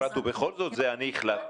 אפרת, ובכל זאת, זה "אני החלטנו".